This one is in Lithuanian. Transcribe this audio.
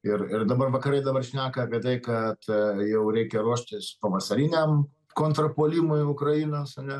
ir ir dabar vakarai dabar šneka apie tai kad jau reikia ruoštis pavasariniam kontrpuolimui ukrainos ane